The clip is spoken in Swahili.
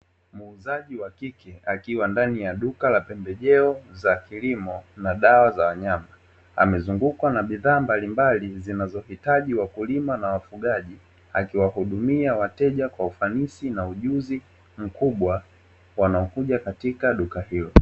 Muuzaji wa kike akiwa katika duka la pembejeo za kilimo na dawa za wanyama amezungukwa na bidhaa mbalimbali zinazohitaji wakulima na wafugaji, akiwahudumia wateja kwa ufanisi na ujuzi mkubwa waaokuja katika duka hilo.